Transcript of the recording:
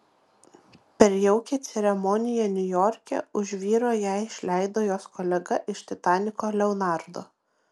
per jaukią ceremoniją niujorke už vyro ją išleido jos kolega iš titaniko leonardo